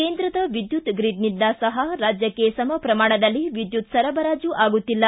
ಕೇಂದ್ರದ ವಿದ್ಯುತ್ ಗ್ರಿಡ್ನಿಂದ ಸಹ ರಾಜ್ಯಕ್ಕೆ ಸಮ ಪ್ರಮಾಣದಲ್ಲಿ ವಿದ್ಯುತ್ ಸರಬರಾಜು ಆಗುತ್ತಿಲ್ಲ